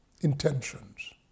intentions